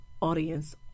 audience